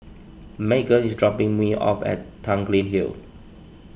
Meaghan is dropping me off at Tanglin Hill